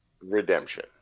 Redemption